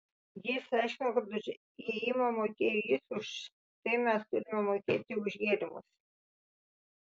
jis aiškino kad už įėjimą mokėjo jis už tai mes turime mokėti už gėrimus